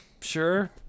sure